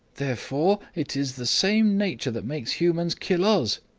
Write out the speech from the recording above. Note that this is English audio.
therefore it is the same nature that makes humans kill us.